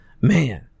man